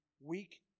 weak